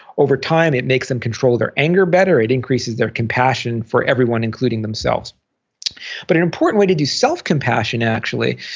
over time, it makes them control their anger better. it increases their compassion for everyone, including themselves but an important way to do self-compassion, actually,